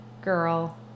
girl